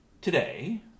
today